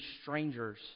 strangers